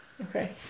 okay